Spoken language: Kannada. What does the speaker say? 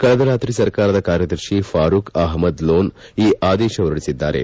ಕಳೆದ ರಾತ್ರಿ ಸರ್ಕಾರದ ಕಾರ್ಯದರ್ಶಿ ಫಾರೂಕ್ ಅಪಮದ್ ಲೋನ್ ಈ ಆದೇಶ ಹೊರಡಿಸಿದ್ದಾರೆ